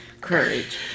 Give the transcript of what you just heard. courage